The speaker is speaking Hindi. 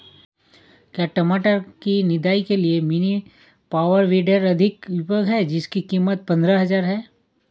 क्या टमाटर की निदाई के लिए मिनी पावर वीडर अधिक उपयोगी है जिसकी कीमत पंद्रह हजार है?